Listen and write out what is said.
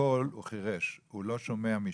פרוטוקול הוא חירש, הוא לא שומע משמה.